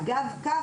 אגב כך,